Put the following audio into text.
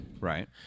Right